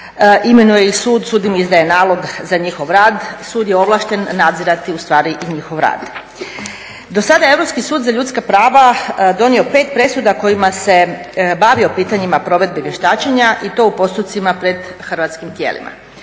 Imenuje ih sud, sud im izdaje nalog za njihov rad, sud je ovlašten nadzirati i njihov rad. Do sada je Europski sud za ljudska prava donio pet presuda kojima se bavio pitanjima provedbe vještačenja i to u postupcima pred hrvatskim tijelima.